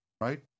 right